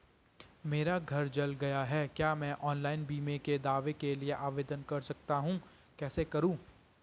मेरा घर जल गया है क्या मैं ऑनलाइन बीमे के दावे के लिए आवेदन कर सकता हूँ कैसे करूँ?